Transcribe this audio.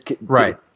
Right